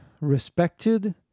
respected